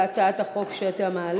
להצעת החוק שאתה מעלה.